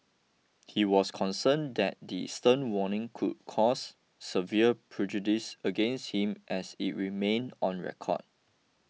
he was concerned that the stern warning could cause severe prejudice against him as it remained on record